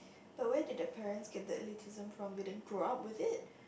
but where did the parents get the elitism from did they grow up with it